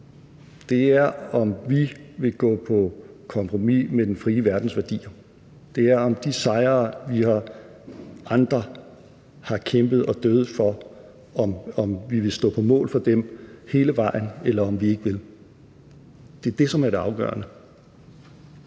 det er, om vi vil gå på kompromis med den frie verdens værdier. Det er, om vi vil stå på mål for de sejre, som andre har kæmpet og er døde for, hele vejen, eller om vi ikke vil. Det er det, som er det afgørende.